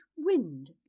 Wind